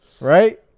Right